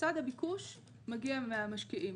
צד הביקוש מגיע מהמשקיעים.